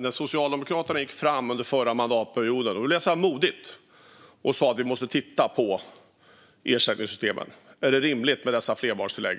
När Socialdemokraterna under förra mandatperioden gick fram och sa att vi måste titta på ersättningssystemen och om det är rimligt med dessa flerbarnstillägg